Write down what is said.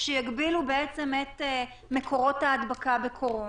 שיגבילו בעצם את מקורות ההדבקה בקורונה.